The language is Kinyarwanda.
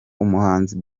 umuhanzi